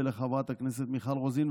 ולחברת הכנסת מיכל רוזין,